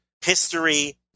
history